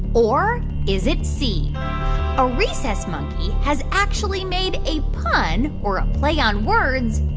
or is it c a rhesus monkey has actually made a pun, or a play on words,